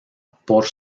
por